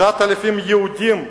9,000 יהודים,